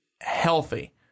healthy